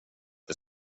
det